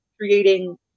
creating